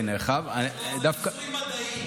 נשפכו המים,